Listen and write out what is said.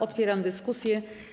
Otwieram dyskusję.